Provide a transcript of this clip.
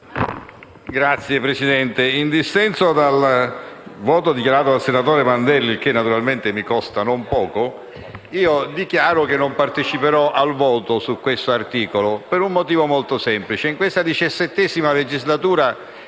Signor Presidente, in dissenso dal voto dichiarato dal senatore Mandelli, cosa che naturalmente mi costa non poco, dichiaro che non parteciperò al voto su questo articolo, per un motivo molto semplice. In questa XVII legislatura,